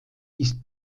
ist